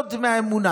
ביסוד מהאמונה.